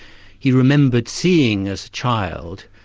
he remembered seeing as a child,